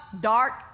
dark